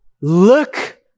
look